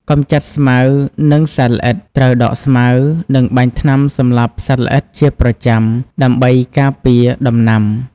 កម្ចាត់ស្មៅ និងសត្វល្អិត ត្រូវដកស្មៅ និងបាញ់ថ្នាំសម្លាប់សត្វល្អិតជាប្រចាំដើម្បីការពារដំណាំ។